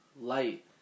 light